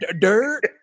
dirt